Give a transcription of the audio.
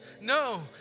No